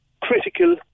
critical